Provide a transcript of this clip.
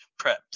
prepped